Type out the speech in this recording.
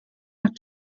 out